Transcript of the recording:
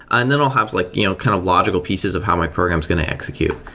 and then i'll have like you know kind of logical pieces of how my program is going to execute.